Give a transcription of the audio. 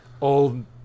old